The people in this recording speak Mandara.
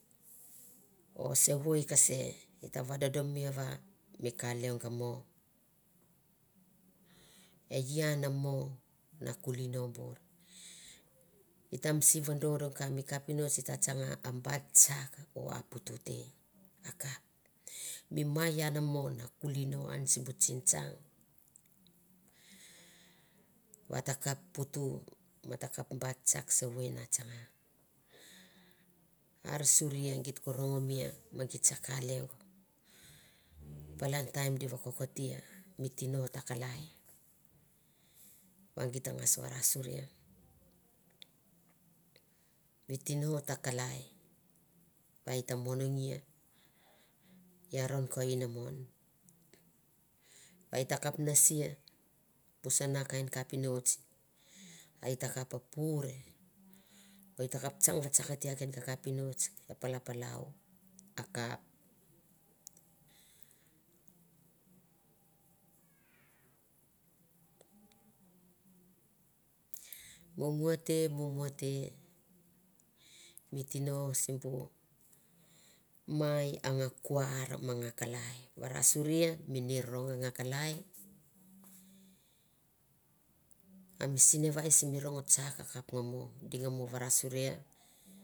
O sevoi kase i ta vadodomia va mi ko lengo a mo e i ana a mo na kuli no bun i tam si vadon ko mi mai kapinots i ta tsana a bati tsak o a putu te akap mi mai ian a mo na kuli no an sibu tsintsang va ta kap putu ma kap bat tsak sevoi na tsanga an suria git ko rongmi ma git sa ka lengo palan taim di vakokotia mi tino ta kalai va git ta ngas varasaria mi tino ta kalai va i ta monangi i aron ko ina mon va i ta kap nasiabu sana kain kapinotsi va i ta kapa pure va i ta kap tsang vtsakatia ken kapinotsi ka palapalau a kap mumute mumuatem mi tino sibu mai a nga kuar ma nga kalai varasuria mi ni rovong a nga kalai a mi sinavai simi rongo tsak a kap nga mo di nga mo vara suria.